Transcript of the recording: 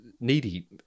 needy